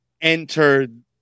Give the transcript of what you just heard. entered